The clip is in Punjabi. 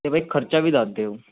ਅਤੇ ਭਾਅ ਜੀ ਖਰਚਾ ਵੀ ਦੱਸ ਦਿਓ